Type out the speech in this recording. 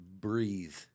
breathe